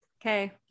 Okay